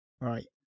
right